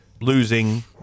losing